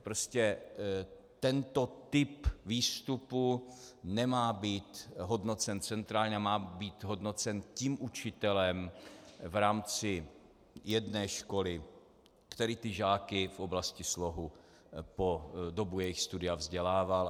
Prostě tento typ výstupu nemá být hodnocen centrálně, má být hodnocen tím učitelem v rámci jedné školy, který žáky v oblasti slohu po dobu jejich studia vzdělával.